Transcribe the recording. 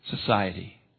society